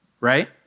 right